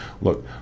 Look